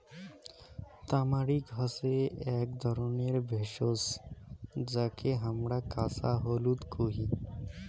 তামারিক হসে আক ধরণের ভেষজ যাকে হামরা কাঁচা হলুদ কোহি